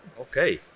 Okay